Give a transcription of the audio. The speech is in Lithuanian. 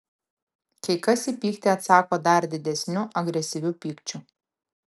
kai kas į pyktį atsako dar didesniu agresyviu pykčiu